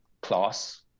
class